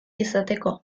izateko